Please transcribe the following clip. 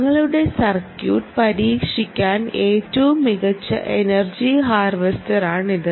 നിങ്ങളുടെ സർക്യൂട്ട് പരീക്ഷിക്കാൻ ഏറ്റവും മികച്ച എനർജി ഹാർവെസ്റ്ററാണിത്